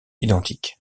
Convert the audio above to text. identique